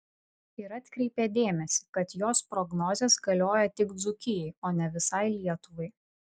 ir atkreipė dėmesį kad jos prognozės galioja tik dzūkijai o ne visai lietuvai